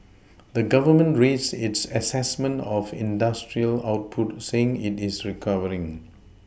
the Government raised its assessment of industrial output saying it is recovering